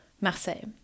Marseille